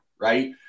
right